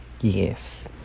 Yes